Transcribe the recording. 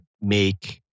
make